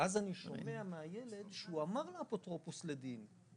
אז אני שומע מהילד שהוא אמר לאפוטרופוס להגיד,